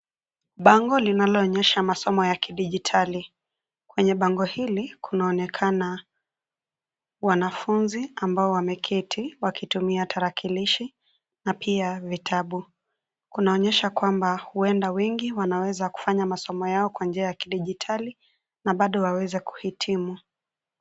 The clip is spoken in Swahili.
Bango linaloonyesha masomo ya kidijitali, kwenye bango hili kunaonekana, wanafunzi ambao wameketi wakitumia tarakilishi, na pia vitabu, kunaonyesha kwamba huenda wengi wanaweza kufanya masomo yao kwa njia ya kidijitali, na bado waweze kuhitimu.